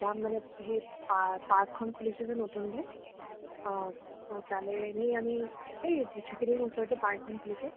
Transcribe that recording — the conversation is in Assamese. যাম মানে সেই পা পাৰ্কখন খুলিছে যে নতুনকৈ অ' ছ' তালৈ এনেই আমি এই চকিডিঙ্গিৰ ওচৰত যে পাৰ্ক এখন খুলিছে